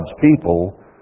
people